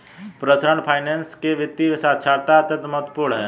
personal finance के लिए वित्तीय साक्षरता अत्यंत महत्वपूर्ण है